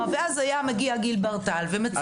ואז היה מגיע גיל ברטל ומציג אותה.